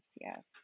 yes